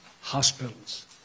hospitals